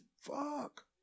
fuck